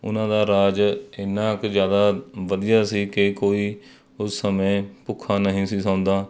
ਉਹਨਾਂ ਦਾ ਰਾਜ ਇੰਨਾ ਕੁ ਜ਼ਿਆਦਾ ਵਧੀਆ ਸੀ ਕਿ ਕੋਈ ਉਸ ਸਮੇਂ ਭੁੱਖਾ ਨਹੀਂ ਸੀ ਸੌਂਦਾ